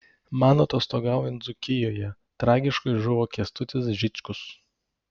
man atostogaujant dzūkijoje tragiškai žuvo kęstutis žičkus